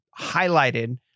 highlighted